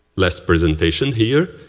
last presentation here.